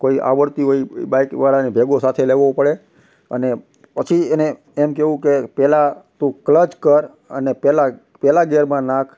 કોઈ આવડતી હોય બાઇક વાળાને ભેગો સાથે લેવો પડે અને પછી એને એમ કહેવું કે પહેલાં તું ક્લચ કર અને પહેલાં પહેલા ગિયરમાં નાખ